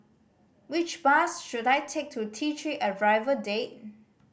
which bus should I take to T Three Arrival Drive